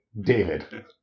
David